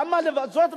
למה לבזות?